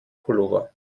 pullover